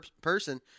person